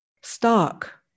stark